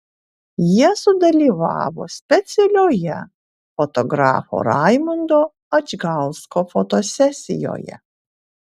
jie sudalyvavo specialioje fotografo raimundo adžgausko fotosesijoje